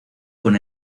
con